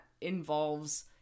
involves